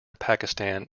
pakistan